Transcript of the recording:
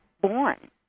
born